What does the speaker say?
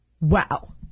Wow